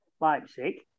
Leipzig